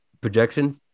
projection